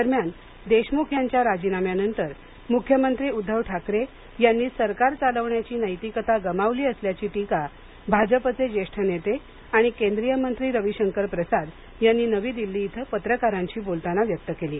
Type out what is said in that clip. दरम्यान देशमुख यांच्या राजीनाम्यानंतर मुख्यमंत्री उद्दव ठाकरे यांनी सरकार चालवण्याची नैतिकता गमावली असल्याची टीका भाजपचे ज्येष्ठ नेते आणि केंद्रीय मंत्री रविशंकर प्रसाद यांनी नवी दिल्ली इथ पत्रकारांशी बोलताना केली आहे